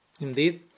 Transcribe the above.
Indeed